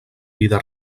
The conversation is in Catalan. vida